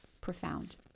profound